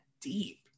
deep